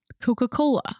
Coca-Cola